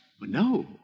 No